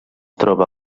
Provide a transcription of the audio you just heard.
troba